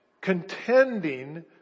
contending